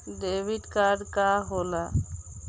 Debit card का होला?